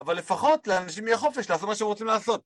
אבל לפחות לאנשים יהיה חופש לעשות מה שהם רוצים לעשות.